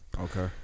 Okay